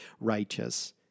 righteous